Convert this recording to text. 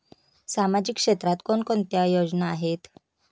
सामाजिक क्षेत्रात कोणकोणत्या योजना आहेत?